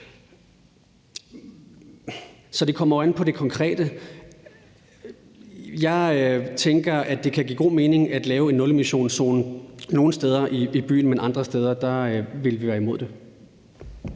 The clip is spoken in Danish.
Så det kommer jo an på det konkrete. Jeg tænker, at det kan give god mening at lave en nulemissionszone nogle steder i byen, men andre steder vil vi være imod det.